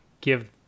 give